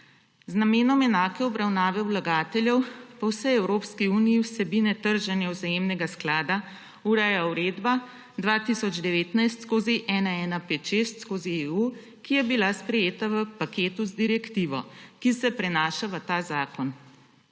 Z namenom enake obravnave vlagateljev po vsej Evropski uniji vsebine trženja vzajemnega sklada ureja Uredba 2019/1156/EU, ki je bila sprejeta v paketu z direktivo, ki se prenaša v ta zakon.